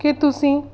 ਕਿ ਤੁਸੀਂ